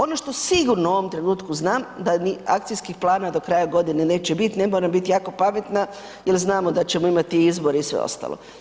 Ono što sigurno u ovom trenutku znam da ni akcijskih plana do kraja godine neće bit, ne moram biti jako pametna jer znamo da ćemo imati izbore i sve ostalo.